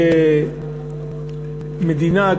כמדינה,